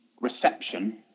reception